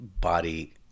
body